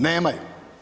Nemaju.